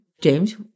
James